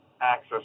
access